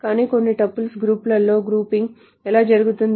కానీ కొన్ని tuples group లలో గ్రూపింగ్ ఎలా జరుగుతుంది